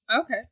Okay